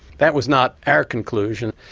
that was not our conclusion.